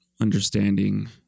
understanding